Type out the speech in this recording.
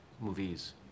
movies